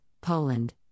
Poland